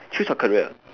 choose your career